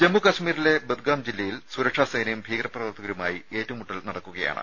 രദേ ജമ്മു കശ്മീരിലെ ബദ്ഗാം ജില്ലയിൽ സുരക്ഷാ സേനയും ഭീകര പ്രവർത്തകരുമായി ഏറ്റുമുട്ടൽ നടക്കുകയാണ്